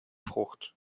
frucht